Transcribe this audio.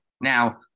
now